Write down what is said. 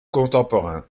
contemporain